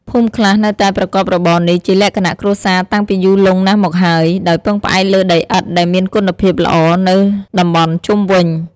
ភូមិខ្លះនៅតែប្រកបរបរនេះជាលក្ខណៈគ្រួសារតាំងពីយូរលង់ណាស់មកហើយ ដោយពឹងផ្អែកលើដីឥដ្ឋដែលមានគុណភាពល្អនៅតំបន់ជុំវិញ។